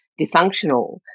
dysfunctional